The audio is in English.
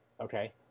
okay